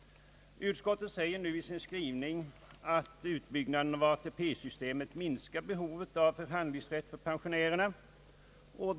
Utskottet säger nu i sin skrivning, att utbyggnaden av ATP-systemet har mins. kat behovet av förhandlingsrätt för pensionärerna.